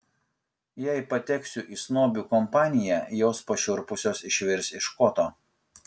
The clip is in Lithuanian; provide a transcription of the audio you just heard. jei pateksiu į snobių kompaniją jos pašiurpusios išvirs iš koto